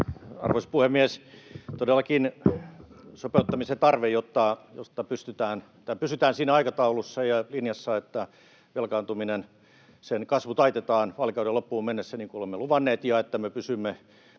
Arvoisa puhemies! Todellakin se sopeuttamisen tarve, jotta pysytään siinä aikataulussa ja linjassa, että velkaantumisen kasvu taitetaan vaalikauden loppuun mennessä, niin kuin olemme luvanneet, ja että me pysymme